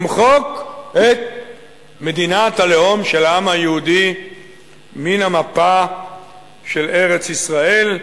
למחוק את מדינת הלאום של העם היהודי מן המפה של ארץ-ישראל,